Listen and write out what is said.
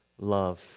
love